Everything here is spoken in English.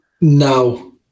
No